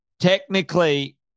technically –